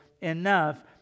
enough